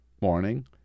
morning